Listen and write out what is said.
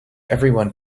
everyone